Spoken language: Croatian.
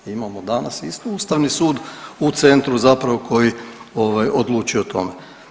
Imamo danas isto Ustavni sud u centru zapravo koji ovaj odlučuje o tome.